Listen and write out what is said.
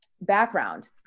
background